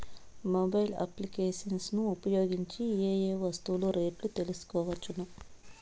Mobile applications ను ఉపయోగించి ఏ ఏ వస్తువులు రేట్లు తెలుసుకోవచ్చును?